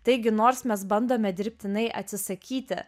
taigi nors mes bandome dirbtinai atsisakyti